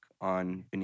on